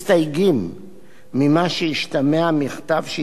ממה שהשתמע מהמכתב שהתפרסם לאחרונה,